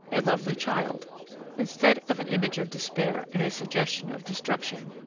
a lovely child instead of an image of despair and a suggestion of destruction,